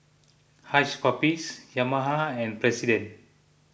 Hush Puppies Yamaha and President